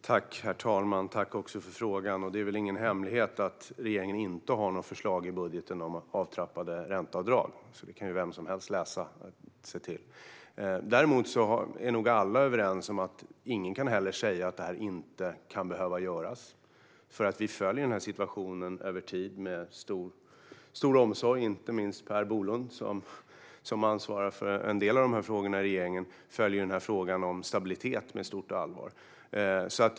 Herr talman! Det är väl ingen hemlighet att regeringen inte har något förslag i budgeten om avtrappade ränteavdrag. Det kan vem som helst läsa sig till. Däremot är nog alla överens om att ingen heller kan säga att detta inte kan behöva göras. Vi följer situationen över tid med stor omsorg. Inte minst Per Bolund som ansvarar för en del av dessa frågor i regeringen följer frågan om stabilitet med stort allvar.